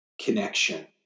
Connection